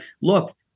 look